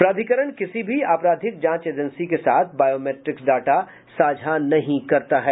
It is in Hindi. प्राधिकरण किसी भी आपराधिक जांच एजेंसी के साथ बायो मेट्रिक्स डाटा साझा नहीं करता है